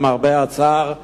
למרבה הצער,